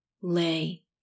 Lay